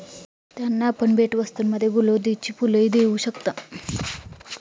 त्यांना आपण भेटवस्तूंमध्ये गुलौदीची फुलंही देऊ शकता